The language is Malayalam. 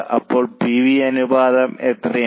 അപ്പോൾ PV അനുപാതം എത്രയാണ്